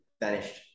vanished